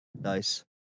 Nice